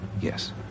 yes